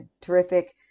terrific